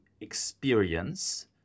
experience